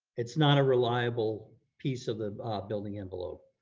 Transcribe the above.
it's not a reliable piece of the building envelope.